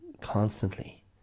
constantly